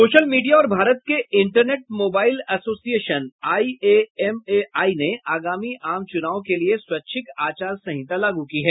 social media और भारत के Internet Mobile Association IAMAI ने आगामी आम चुनाव के लिए स्वैच्छिक आचार संहिता लागू की है